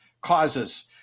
causes